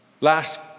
last